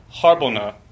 Harbona